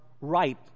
ripe